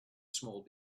small